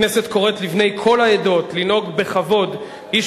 הכנסת קוראת לבני כל העדות לנהוג בכבוד איש